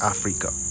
Africa